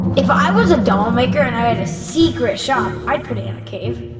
if i was a doll maker and i had a secret shop, i'd put it in a cave.